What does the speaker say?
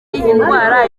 indwara